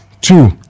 two